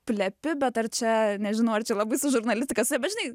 plepi bet ar čia nežinau ar čia labai su žurnalistika save bet žinai